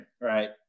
right